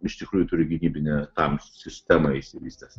iš tikrųjų turi gynybinę tam sistemą išsivystęs